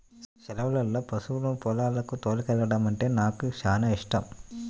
సెలవుల్లో పశువులను పొలాలకు తోలుకెల్లడమంటే నాకు చానా యిష్టం